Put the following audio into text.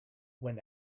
when